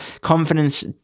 Confidence